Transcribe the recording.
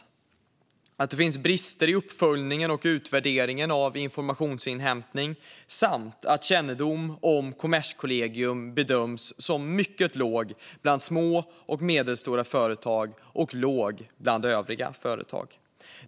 Man pekar på att det finns brister i uppföljningen och utvärderingen av informationsinhämtning samt att kännedomen om Kommerskollegium bedöms som mycket låg bland små och medelstora företag och låg bland övriga företag.